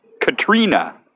Katrina